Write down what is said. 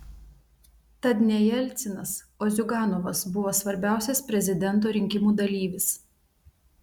tad ne jelcinas o ziuganovas buvo svarbiausias prezidento rinkimų dalyvis